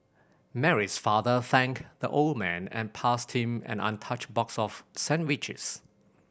Mary's father thanked the old man and passed him an untouched box of sandwiches